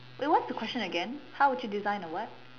wait what's the question again how would you design a what